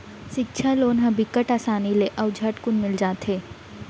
सिक्छा लोन ह बिकट असानी ले अउ झटकुन मिल जाथे